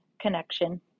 connection